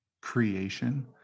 creation